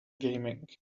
gaming